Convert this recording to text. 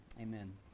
Amen